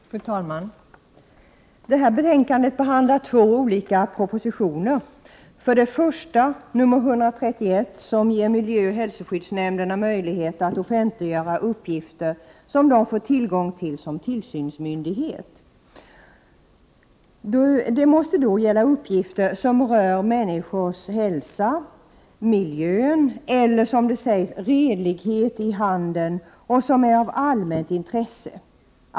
Fru talman! I det här betänkandet behandlas två olika propositioner. För det första 131, som ger miljöoch hälsoskyddsnämnderna möjlighet att offentliggöra uppgifter de fått tillgång till som tillsynsmyndighet. Det måste då gälla uppgifter som rör människors hälsa, miljö eller — som det sägs — redlighet i handeln och som är av allmänt intresse.